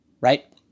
right